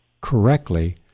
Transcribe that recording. correctly